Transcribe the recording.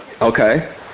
Okay